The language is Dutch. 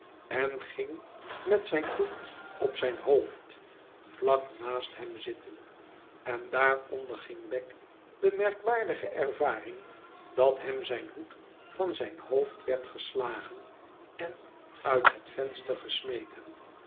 en ging met zijn hoed op zijn hoofd vlak naast hem zitten en daar onderging wegg de merkwaardige ervaring dat hem zijn hoed van zijn hoom werd geslagen en uit het venster gesmeten